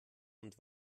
und